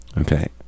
Okay